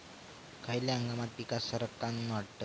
खयल्या हंगामात पीका सरक्कान वाढतत?